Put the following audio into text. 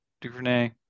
DuVernay